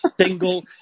single